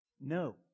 no